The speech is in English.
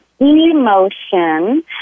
E-Motion